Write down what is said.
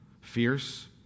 Fierce